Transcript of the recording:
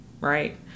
right